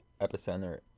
epicenter